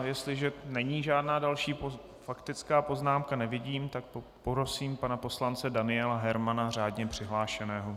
Jestliže není žádná další faktická poznámka, žádnou nevidím, tak prosím pana poslance Daniela Hermana, řádně přihlášeného.